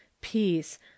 Peace